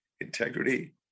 Integrity